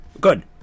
Good